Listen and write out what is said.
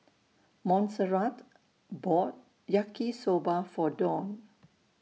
Monserrat bought Yaki Soba For Dawne